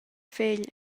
fegl